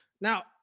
Now